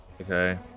Okay